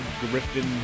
Griffin